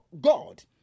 God